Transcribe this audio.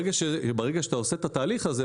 ברגע שאתה עושה את התהליך הזה,